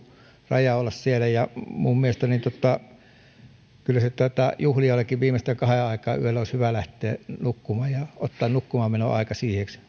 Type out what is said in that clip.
raja olla siellä minun mielestäni kyllä juhlijoidenkin viimeistään kahden aikaan yöllä olisi hyvä lähteä nukkumaan ja ottaa nukkumaanmenoaika siihen